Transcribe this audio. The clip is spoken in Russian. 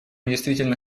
действительно